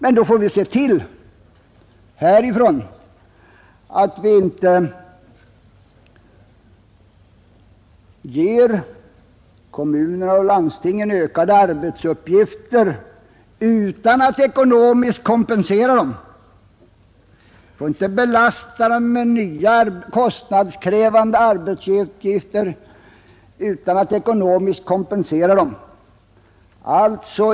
Men då får vi härifrån se till att vi inte ger kommunerna och landstingen ökade arbetsuppgifter utan att ekonomiskt kompensera dem. Vi får inte belasta dem med nya kostnadskrävande arbetsuppgifter utan att ge ekonomisk kompensation.